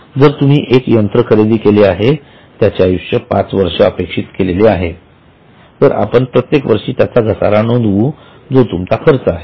जर तुम्ही एक यंत्र खरेदी केली आहे आणि त्याचे आयुष्य पाच वर्ष अपेक्षित केले आहे तर आपण प्रत्येक वर्षी त्याचा घसारा नोंदवू जो तुमचा खर्च आहे